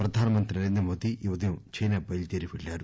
ప్రధాన మంత్రి నరేంద్ర మోదీ ఈ ఉదయం చైనా బయలుదేరి పెళ్ళారు